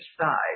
side